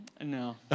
No